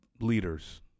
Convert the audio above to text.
leaders